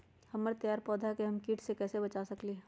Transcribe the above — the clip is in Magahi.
हमर तैयार पौधा के हम किट से कैसे बचा सकलि ह?